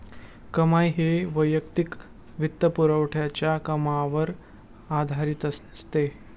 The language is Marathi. कमाई ही वैयक्तिक वित्तपुरवठ्याच्या कामावर आधारित असते